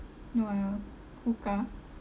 no I don't quokka